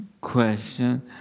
question